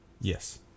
Yes